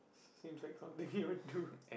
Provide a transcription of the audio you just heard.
seems like something he would do